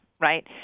Right